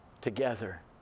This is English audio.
together